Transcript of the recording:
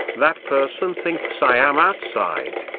that person thinks i am outside.